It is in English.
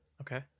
okay